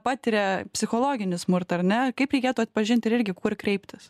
patiria psichologinį smurtą ar ne kaip reikėtų atpažinti ir irgi kur kreiptis